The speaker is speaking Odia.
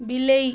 ବିଲେଇ